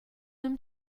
them